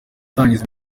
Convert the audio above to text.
gutangiza